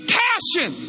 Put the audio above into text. passion